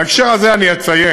בהקשר הזה אציין